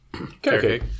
Okay